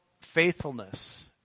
faithfulness